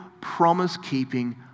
promise-keeping